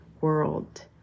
world